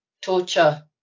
torture